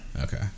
Okay